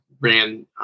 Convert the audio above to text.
ran